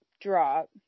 drop